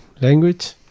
language